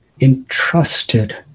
entrusted